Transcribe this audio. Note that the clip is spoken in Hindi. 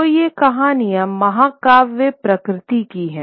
तो ये कहानियाँ महाकाव्य प्रकृति की हैं